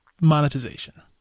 monetization